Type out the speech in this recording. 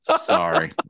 Sorry